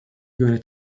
göre